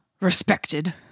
respected